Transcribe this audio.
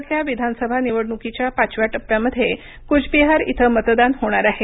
राज्यातल्या विधानसभा निवडणुकीच्या पाचव्या टप्प्यामध्ये कूचबिहार इथं मतदान होणार आहे